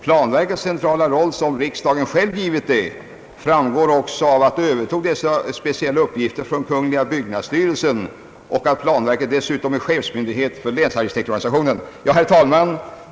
Planverkets centrala roll, som riksdagen själv har givit det, framgår också av att planverket övertog dessa speciella uppgifter från kungl. byggnadsstyrelsen och att planverket dessutom är chefsmyndighet för länsarkitektsorganisationen. Herr talman!